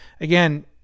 again